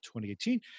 2018